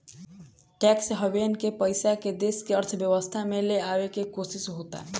tax haven के पइसा के देश के अर्थव्यवस्था में ले आवे के कोशिस होता